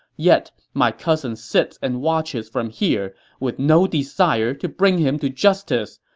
yet, my cousin sits and watches from here with no desire to bring him to justice.